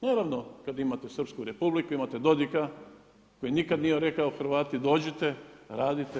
Naravno kada imate Srpsku Republiku, imate Dodika koji nikada nije rekao Hrvati dođite, radite.